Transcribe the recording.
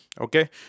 Okay